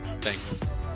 Thanks